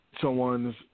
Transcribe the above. someone's